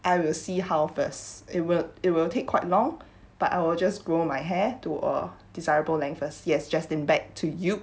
I will see how first it will it will take quite long but I will just grow my hair to a desirable length first yes jaslyn back to you